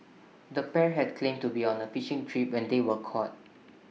the pair had claimed to be on A fishing trip when they were caught